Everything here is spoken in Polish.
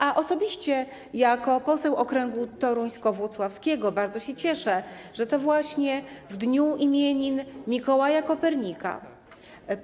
A osobiście jako poseł okręgu toruńsko-włocławskiego bardzo się cieszę, że to właśnie w dniu urodzin Mikołaja Kopernika,